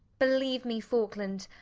believe me, faulkland,